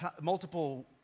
multiple